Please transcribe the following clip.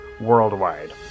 worldwide